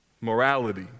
morality